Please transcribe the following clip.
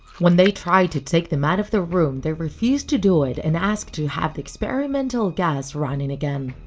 when they tried to take them out of the room, they refused to do it and asked to have the experimental gas running again.